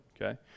okay